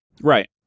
Right